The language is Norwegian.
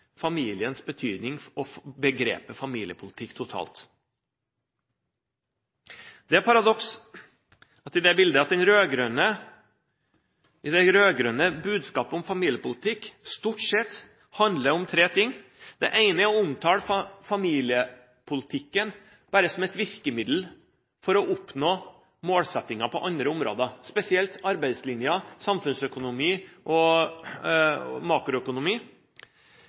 familiens betydning og begrepet «familiepolitikk» totalt. Det er et paradoks i dette bildet at det rød-grønne budskapet om familiepolitikk stort sett handler om tre ting. Det ene er at man omtaler familiepolitikken som bare et virkemiddel for å oppnå målsettingen på andre områder – spesielt i forhold til arbeidslinjen, samfunnsøkonomi og makroøkonomi